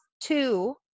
two